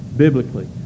biblically